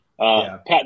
Pat